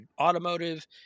automotive